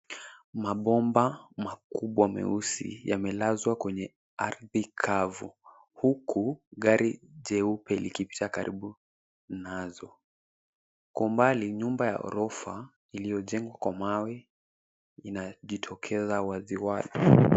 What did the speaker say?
Msbomba makubwa meusi yamelazwa kwenye ardhi kavu, huku gari jeupe likipita karibu nazo. Kwa umbali nyumba ya ghorofa iliyojengwa kwa mawe inajitokeza wazi wazi.